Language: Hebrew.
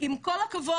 עם כל הכבוד,